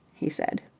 he said.